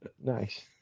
nice